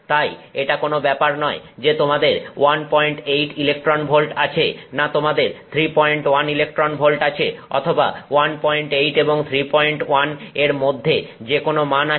তাই এটা কোন ব্যাপার নয় যে তোমাদের18 ইলেকট্রন ভোল্ট আছে না তোমাদের 31 ইলেকট্রন ভোল্ট আছে অথবা 18 এবং 31 এর মধ্যে যেকোনো মান আছে